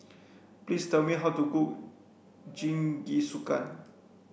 please tell me how to cook Jingisukan